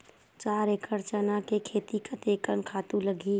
चार एकड़ चना के खेती कतेकन खातु लगही?